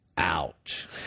Ouch